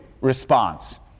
response